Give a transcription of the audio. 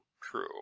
true